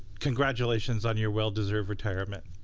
congratulations on your well deserved retirement.